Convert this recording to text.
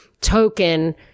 token